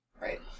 Right